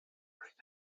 right